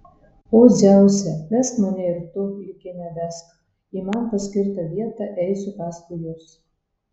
o dzeuse vesk mane ir tu likime vesk į man paskirtą vietą eisiu paskui jus